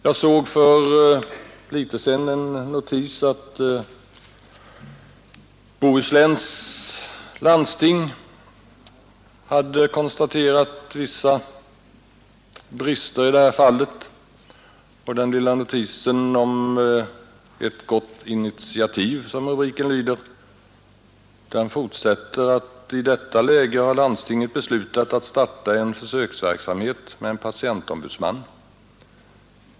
Jag såg för en tid sedan en notis om att Bohusläns landsting hade konstaterat vissa brister i det avseendet. Rubriken till den lilla notisen lyder ”Ett gott initiativ”, och i texten står det: ”I detta läge har landstinget beslutat starta en försöksverksamhet med en patientombudsman.